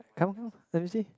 come come let me see